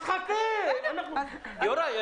חכה, יוראי.